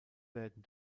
werden